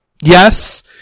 yes